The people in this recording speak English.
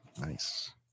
Nice